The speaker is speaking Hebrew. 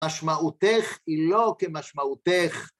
משמעותך היא לא כמשמעותך.